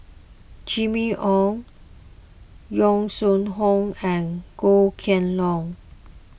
Jimmy Ong Yong Shu Hoong and Goh Kheng Long